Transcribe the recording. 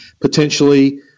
potentially